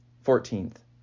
Fourteenth